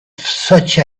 such